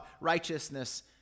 righteousness